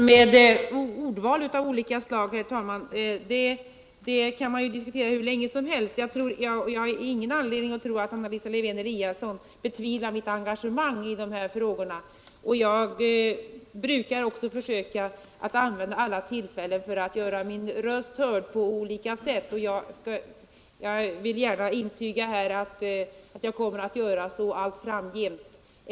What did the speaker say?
Herr talman! En sådan sak som ordvalet kan man ju diskutera hur länge som helst. Det finns ingen anledning att tro att Anna Lisa Lewén-Eliasson betvivlar mitt engagemang i dessa frågor. Jag brukar också försöka använda alla tillfällen att på olika sätt göra min röst hörd, och jag vill gärna intyga att jag kommer att göra så allt framgent.